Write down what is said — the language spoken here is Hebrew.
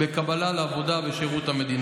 אז אנחנו מתפללים עליך שתשוב בתשובה שלמה.